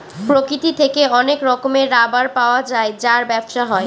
প্রকৃতি থেকে অনেক রকমের রাবার পাওয়া যায় যার ব্যবসা হয়